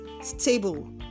stable